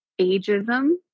ageism